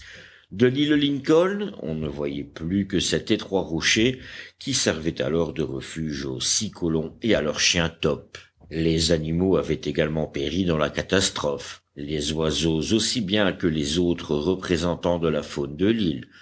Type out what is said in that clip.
de l'île lincoln on ne voyait plus que cet étroit rocher qui servait alors de refuge aux six colons et à leur chien top les animaux avaient également péri dans la catastrophe les oiseaux aussi bien que les autres représentants de la faune de l'île